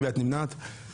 הצבעה אושר.